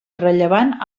rellevant